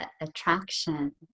attraction